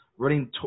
Running